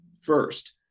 first